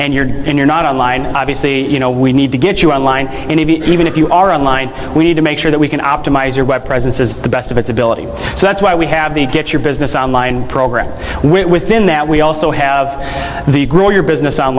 and you're in you're not online obviously you know we need to get you on line and even if you are online we need to make sure that we can optimize your web presence is the best of its ability so that's why we have the get your business on line program within that we also have the grow your business on